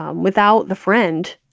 um without the friend,